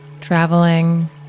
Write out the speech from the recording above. traveling